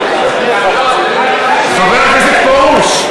חבר הכנסת פרוש,